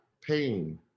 pain